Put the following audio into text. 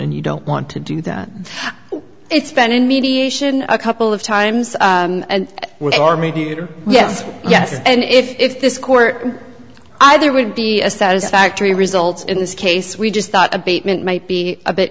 and you don't want to do that it's been in mediation a couple of times with our mediator yes yes and if this court either would be a satisfactory result in this case we just thought abatement might be a bit